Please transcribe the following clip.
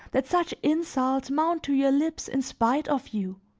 that such insults mount to your lips in spite of you?